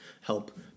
help